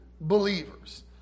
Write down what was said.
believers